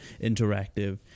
interactive